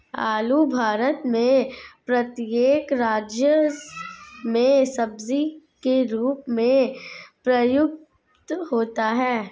आलू भारत में प्रत्येक राज्य में सब्जी के रूप में प्रयुक्त होता है